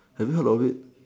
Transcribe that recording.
have you heard of it